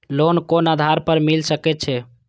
Loan कोन आधार पर मिल सके छे?